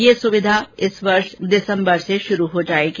यह सुविधा इस वर्ष दिसम्बर से शुरू हो जायेगी